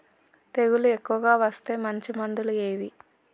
తెగులు ఎక్కువగా వస్తే మంచి మందులు ఏవి?